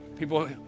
people